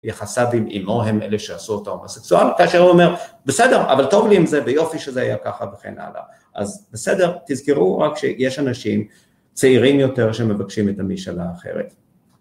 יחסיו עם אמו הם אלה שעשו אותו ההומוסקסואל כאשר הוא אומר בסדר אבל טוב לי אם זה ביופי שזה היה ככה וכן הלאה. אז בסדר תזכרו רק שיש אנשים צעירים יותר שמבקשים את המשאלה האחרת.